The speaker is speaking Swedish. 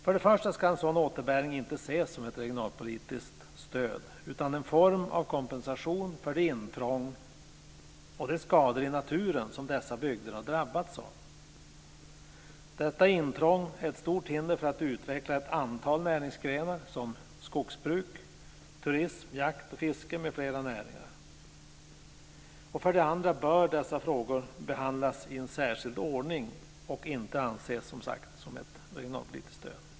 För det första ska en sådan återbäring inte ses som ett regionalpolitiskt stöd utan som en form av kompensation för det intrång och de skador i naturen som dessa bygder har drabbats av. Detta intrång är ett stort hinder för att utveckla ett antal näringsgrenar, som skogsbruk, turism, jakt och fiske m.m. För det andra bör dessa frågor behandlas i en särskild ordning. Det här ska som sagt inte anses som ett regionalpolitiskt stöd.